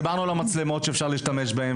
דיברנו זה שאפשר להשתמש במצלמות,